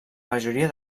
majoria